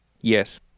Yes